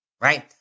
right